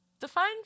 Define